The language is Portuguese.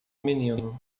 menino